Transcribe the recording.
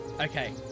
okay